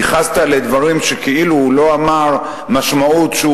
ייחסת לדברים שכאילו הוא לא אמר משמעות שהוא